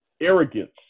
arrogance